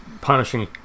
punishing